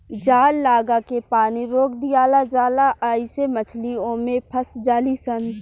जाल लागा के पानी रोक दियाला जाला आइसे मछली ओमे फस जाली सन